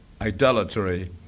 idolatry